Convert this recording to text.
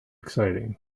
exciting